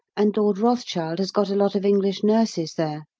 and lord rothschild has got a lot of english nurses there.